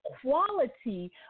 quality